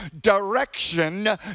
direction